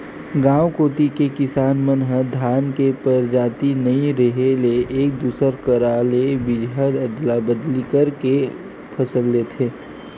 गांव कोती के किसान मन ह धान के परजाति नइ रेहे ले एक दूसर करा ले बीजहा अदला बदली करके के फसल लेथे